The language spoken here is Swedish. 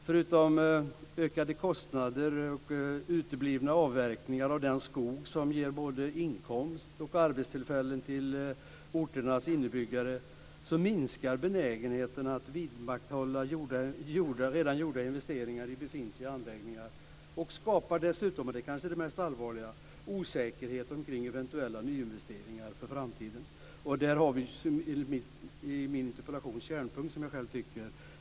Förutom ökade kostnader och uteblivna avverkningar av den skog som ger både inkomst och arbetstillfällen till orternas inbyggare minskar benägenheten att vidmakthålla redan gjorda investeringar i befintliga anläggningar. Det skapar dessutom - och det är kanske det mest allvarliga - osäkerhet omkring eventuella nyinvesteringar för framtiden. Där har vi, som jag själv tycker, kärnpunkten i min interpellation.